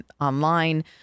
online